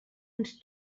ens